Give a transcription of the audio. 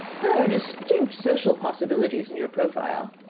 there are distinct social possibilities in your profile.